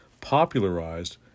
popularized